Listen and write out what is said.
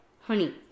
Honey